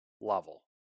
level